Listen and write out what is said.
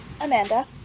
amanda